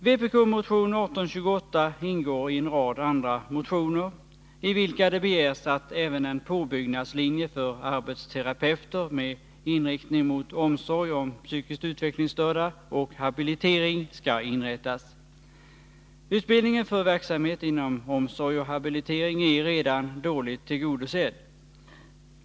Vpk-motion 1828 ingår i en rad andra motioner, i vilka det begärs att även en påbyggnadslinje för arbetsterapeuter med inriktning mot omsorg om psykiskt utvecklingsstörda och habilitering skall inrättas. Utbildningen för verksamhet inom omsorg och habilitering är redan dåligt tillgodosedd.